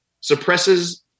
suppresses